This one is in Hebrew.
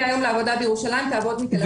היום לעבודה בירושלים אלא תעבוד מתל אביב.